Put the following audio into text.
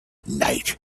night